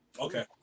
Okay